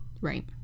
Right